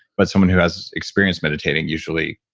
but someone who has experienced meditating usually,